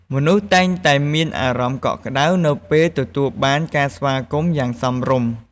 មនុស្សតែងតែមានអារម្មណ៍កក់ក្តៅនៅពេលទទួលបានការស្វាគមន៍យ៉ាងសមរម្យ។